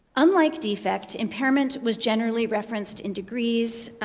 unlike defect, impairment was generally referenced in degrees,